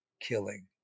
killing